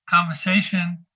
conversation